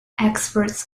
experts